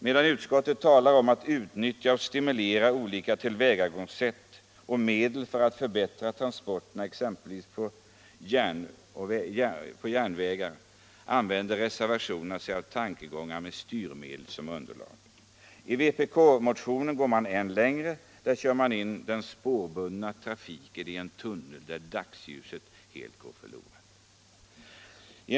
Medan utskottsmajoriteten talar om att utnyttja och stimulera exempelvis transport på järnväg och om olika tillvägagångssätt och medel för att förbättra dessa, framförs i reservationerna tankegångar om styrmedel. I vpk-motionen går man ännu längre. Där kör man in den spårbundna trafiken i en tunnel, där dagsljuset går förlorat.